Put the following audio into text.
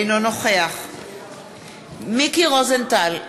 אינו נוכח מיקי רוזנטל,